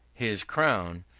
his crown,